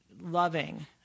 loving